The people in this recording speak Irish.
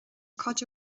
cuid